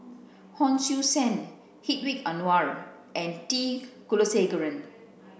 Hon Sui Sen Hedwig Anuar and T Kulasekaram